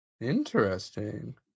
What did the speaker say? Interesting